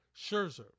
Scherzer